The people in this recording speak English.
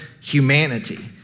humanity